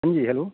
जी hello